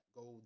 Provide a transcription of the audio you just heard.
go